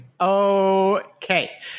Okay